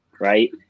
right